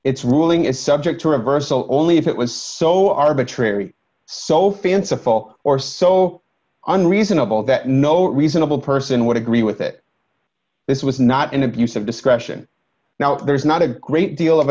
its ruling is subject to reversal only if it was so arbitrary so fanciful or so unreasonable that no reasonable person would agree with it this was not an abuse of discretion now there's not a great deal of